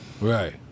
Right